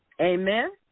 Amen